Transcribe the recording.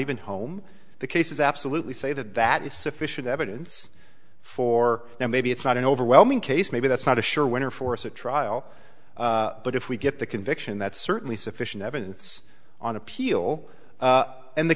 even home the cases absolutely say that that is sufficient evidence for them maybe it's not an overwhelming case maybe that's not a sure winner force a trial but if we get the conviction that's certainly sufficient evidence on appeal and the